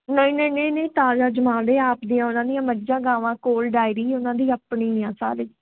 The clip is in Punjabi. ਨਹੀਂ ਨਹੀਂ ਨਹੀਂ ਨਹੀਂ ਤਾਜਾ ਜਮਾਉਂਦੇ ਆਪ ਦੀਆਂ ਉਹਨਾਂ ਦੀਆਂ ਮੱਝਾਂ ਗਾਵਾਂ ਕੋਲ ਡਾਇਰੀ ਉਹਨਾਂ ਦੀ ਆਪਣੀ ਆ ਸਾਰੇ